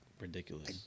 ridiculous